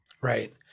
Right